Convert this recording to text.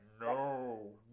no